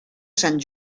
sant